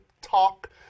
talk